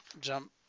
jump